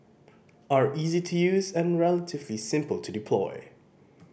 are easy to use and relatively simple to deploy